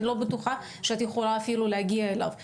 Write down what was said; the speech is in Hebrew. ואני לא בטוחה שאת יכולה אפילו להגיע אל תוצאות הבדיקה,